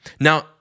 Now